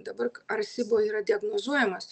dabar ar sibo yra diagnozuojamas